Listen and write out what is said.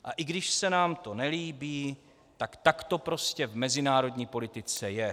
A i když se nám to nelíbí, tak to prostě v mezinárodní politice je.